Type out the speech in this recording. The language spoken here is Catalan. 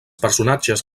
personatges